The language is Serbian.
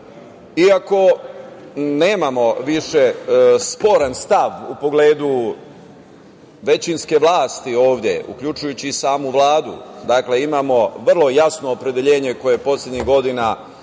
Iako nemamo više sporan stav u pogledu većinske vlasti ovde, uključujući i samu Vladu, dakle, imamo vrlo jasno opredeljenje, koje je poslednjih godina nesporno